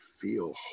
feel